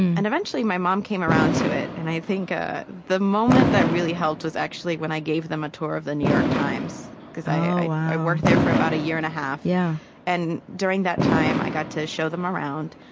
and eventually, my mom came around to it. and i think ah the moment that really helped was actually when i gave them a tour of the new york times, because i i worked there for about a year and a half. yeah and during that time, i got to show them around,